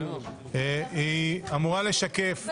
היא אמורה לשקף את